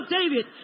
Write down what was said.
David